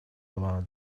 плана